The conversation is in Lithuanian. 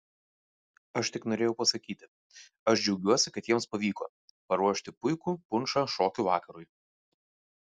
aš tik norėjau pasakyti aš džiaugiuosi kad jiems pavyko paruošti puikų punšą šokių vakarui